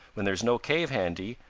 when there is no cave handy,